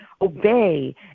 obey